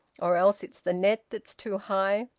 or else it's the net that's too high.